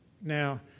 Now